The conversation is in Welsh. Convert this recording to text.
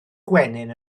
gwenyn